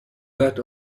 that